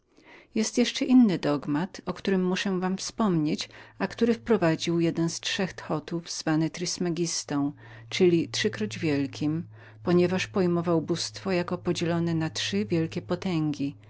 jest jeszcze inny dogmat o którym muszę was uwiadomić a który wprowadził jeden z trzech thotów nazwany trismegistą czyli trzykroć wielkim ponieważ pojmował bóstwo jako podzielone na trzy wielkie potęgi